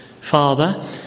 Father